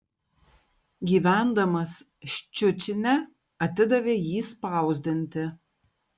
gyvendamas ščiučine atidavė jį spausdinti